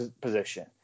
position